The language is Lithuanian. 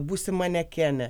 būsiu manekenė